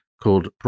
called